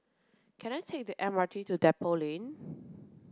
can I take the M R T to Depot Lane